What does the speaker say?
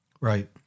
Right